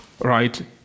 Right